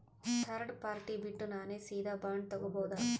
Third party ಬಿಟ್ಟು ನಾನೇ ಸೀದಾ ಬಾಂಡ್ ತೋಗೊಭೌದಾ?